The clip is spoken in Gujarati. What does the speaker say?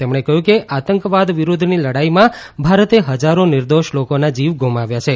તેમણે કહ્યું કે આતંકવાદ વિરૂધ્ધની લડાઇમાં ભારતે હજારો નિર્દોષ લોકોના જીવ ગુમાવ્યા છે